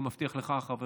אני מבטיח לך, חבר